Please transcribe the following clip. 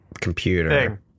computer